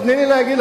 אז תיתני לי להגיד.